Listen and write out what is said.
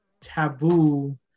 taboo